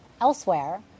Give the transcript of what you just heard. elsewhere